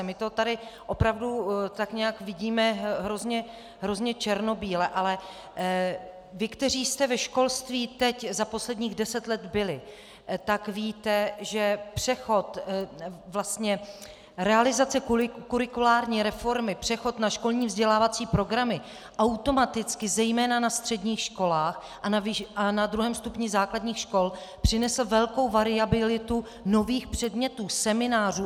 My to tady opravdu tak nějak vidíme hrozně černobíle, ale vy, kteří jste ve školství teď za posledních deset let byli, tak víte, že přechod vlastně realizace kurikulární reformy přechod na školní vzdělávací programy automaticky, zejména na středních školách a na druhém stupni základních škol, přinesl velkou variabilitu nových předmětů, seminářů, atd.